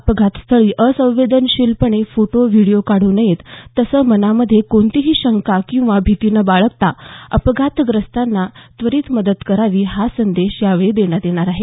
अपघातस्थळी असंवेदनशीलपणे photo video काढू नयेत तसंच मनामध्ये कोणतीही शंका किंवा भीती न बाळगता अपघातग्रस्तांना त्वरित मदत करावी हा संदेश यावेळी देण्यात येणार आहे